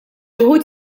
wħud